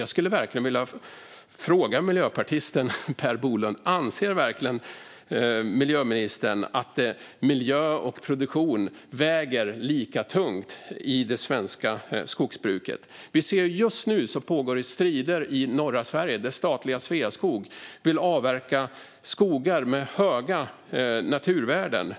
Jag skulle vilja fråga miljöpartisten Per Bolund: Anser verkligen miljöministern att miljö och produktion väger lika tungt i det svenska skogsbruket? Just nu ser vi att det pågår strider i norra Sverige, där statliga Sveaskog vill avverka skogar med höga naturvärden.